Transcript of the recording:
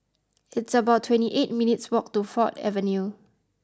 it's about twenty eight minutes' walk to Ford Avenue